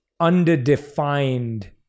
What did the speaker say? underdefined